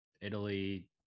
Italy